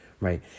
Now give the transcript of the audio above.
right